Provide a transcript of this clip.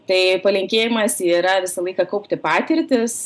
tai palinkėjimas yra visą laiką kaupti patirtis